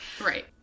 Right